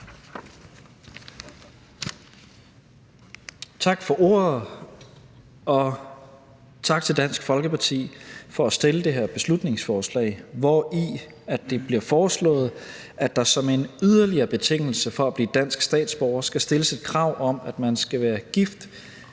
Tak for ordet, og tak til Dansk Folkeparti for at fremsætte det her beslutningsforslag, hvori det bliver foreslået, at der som en yderligere betingelse for at blive dansk statsborger skal stilles et krav om, at man skal være gift